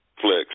Flex